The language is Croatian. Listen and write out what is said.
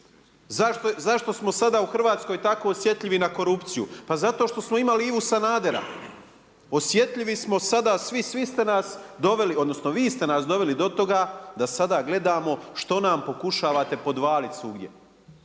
Zašto smo sada u Hrvatskoj tako osjetljivi na korupciju? Pa zato što smo imali Ivu Sanadera. Osjetljivi smo sada svi, svi ste nas doveli, odnosno vi ste nas doveli do toga da sada gledamo što nam pokušavate podvaliti svugdje.